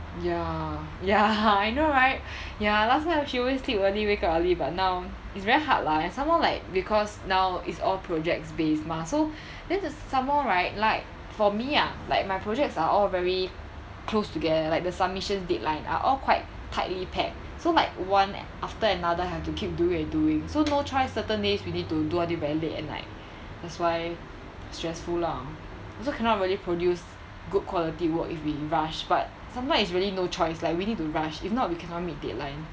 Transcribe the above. ya ya I know right ya last time she always sleep early wake early but now it's very hard lah and some more like because now is all projects based mah so then some more right like for me ah like my projects are all very close together like the submission deadline are all quite tightly packed so like one after another have to keep doing and doing so no choice certain days we need to do until like very late at night that's why stressful lah also cannot really produce good quality work if we rush but sometimes is really no choice like we need to rush if not we cannot meet deadline